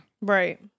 right